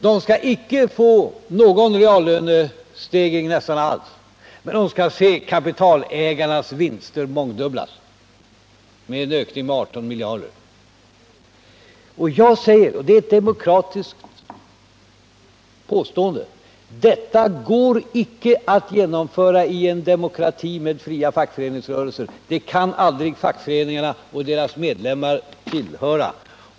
De skall få knappast någon reallönestegring alls, men de skall se kapitalägarnas vinster mångdubblas och öka med 18 miljarder. Jag säger, och det är ett demokratiskt påstående: Detta går icke att genomföra i en demokrati med fria fackföreningsrörelser. Det kan aldrig fackföreningarna och deras medlemmar acceptera.